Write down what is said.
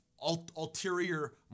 ulterior